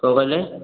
କ'ଣ କହିଲେ